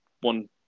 one